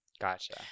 Gotcha